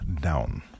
down